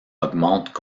augmentent